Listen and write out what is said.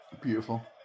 Beautiful